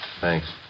Thanks